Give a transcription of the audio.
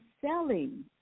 selling